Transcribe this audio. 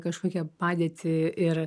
kažkokia padėtį ir